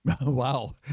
Wow